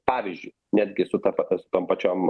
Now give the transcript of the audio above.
pavyzdžiui netgi suter paprast tom pačiom